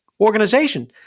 organization